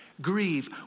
grieve